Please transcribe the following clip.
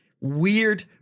weird